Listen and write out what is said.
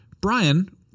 Brian